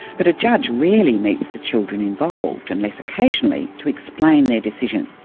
but a judge rarely meets the children involved, unless occasionally to explain their decision.